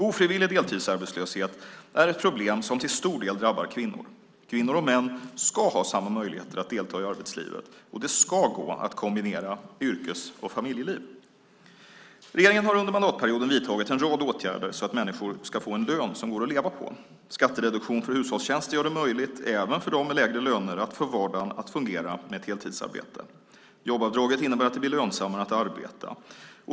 Ofrivillig deltidsarbetslöshet är ett problem som till stor del drabbar kvinnor. Kvinnor och män ska ha samma möjligheter att delta i arbetslivet, och det ska gå att kombinera yrkes och familjeliv. Regeringen har under mandatperioden vidtagit en rad åtgärder så att människor ska få en lön som går att leva på. Skattereduktion för hushållstjänster gör det möjligt även för dem med lägre löner att få vardagen att fungera med ett heltidsarbete. Jobbavdraget innebär att det blir lönsammare att arbeta.